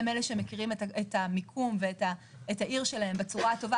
הם אלה שמכירים את המיקום והעיר שלהם בצורה הטובה